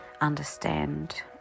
understand